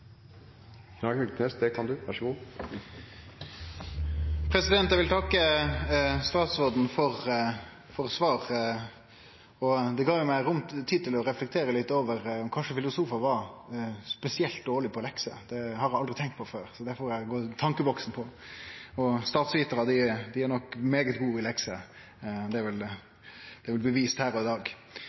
dag. Eg vil takke statsråden for svaret. Det gav meg tid til å reflektere litt over om filosofar kanskje er spesielt dårlege på lekser. Det hadde eg aldri tenkt på før, så no får eg gå inn i tenkjeboksen. Statsvitarar er nok svært gode i lekser, det er vel bevist her i dag.